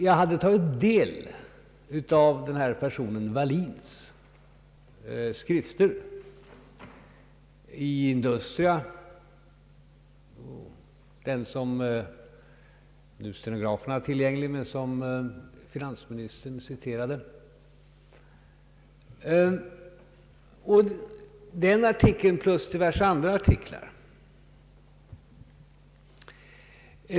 Jag hade tagit del av denna person Wallins skrifter i Industria — den som finansministern citerat ur — jämte diverse andra artiklar.